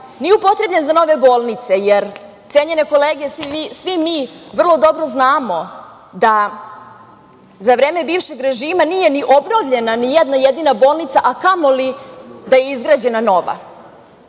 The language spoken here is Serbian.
nije upotrebljen za nove bolnice, jer svi mi vrlo dobro znamo da za vreme bivšeg režima nije obnovljena ni jedna jedina bolnica, a kamoli da je izgrađena nova.